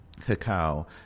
cacao